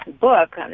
book